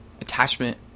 attachment